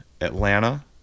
Atlanta